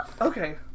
Okay